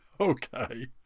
Okay